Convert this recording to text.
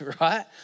right